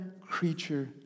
creature